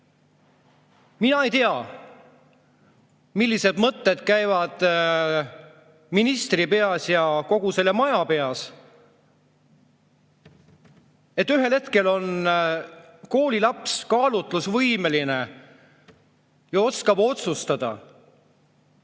Mina ei tea, millised mõtted käivad ministri peas ja kogu selle maja peas. Ühel hetkel on koolilaps kaalutlusvõimeline ja oskab otsustada